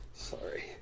Sorry